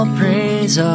praise